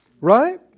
right